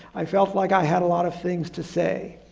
i felt like i had a lot of things to say.